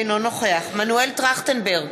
אינו נוכח מנואל טרכטנברג,